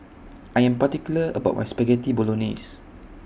I Am particular about My Spaghetti Bolognese